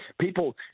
people